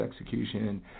execution